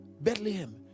Bethlehem